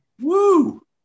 Woo